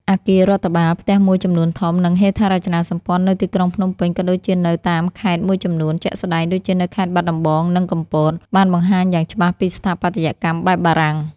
អគាររដ្ឋបាល ផ្ទះមួយចំនួនធំ និងហេដ្ឋារចនាសម្ព័ន្ធនៅទីក្រុងភ្នំពេញ ក៏ដូចជានៅតាមខេត្តមួយចំនួន ជាក់ស្ដែងដូចជានៅខេត្តបាត់ដំបង និងកំពត បានបង្ហាញយ៉ាងច្បាស់ពីស្ថាបត្យកម្មបែបបារាំង។